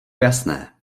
jasné